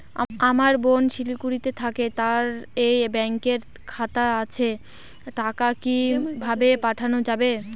আমার বোন শিলিগুড়িতে থাকে তার এই ব্যঙকের খাতা আছে টাকা কি ভাবে পাঠানো যাবে?